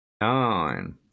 Nine